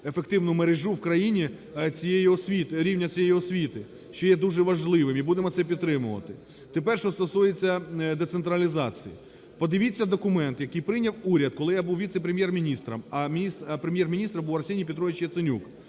ефективну мережу в країні рівня цієї освіти, що є дуже важливим, і будемо це підтримувати. Тепер що стосується децентралізації. Подивіться документ, який прийняв уряд, коли я був Віце-прем'єр-міністром, а Прем'єр-міністр був Арсеній Петрович Яценюк.